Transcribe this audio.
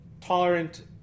tolerant